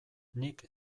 nik